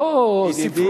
אמרו עליו, בוא, אי-אפשר,